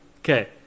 Okay